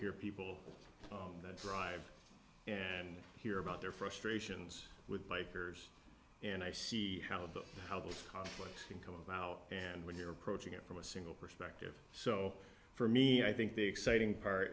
hear people on that drive and hear about their frustrations with bikers and i see how that how those conflicts can come about and when you're approaching it from a single perspective so for me i think the exciting part